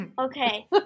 Okay